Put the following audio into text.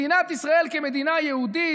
מדינת ישראל כמדינה יהודית,